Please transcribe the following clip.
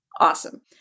Awesome